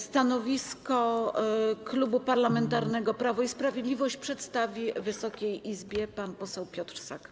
Stanowisko Klubu Parlamentarnego Prawo i Sprawiedliwość przedstawi Wysokiej Izbie pan poseł Piotr Sak.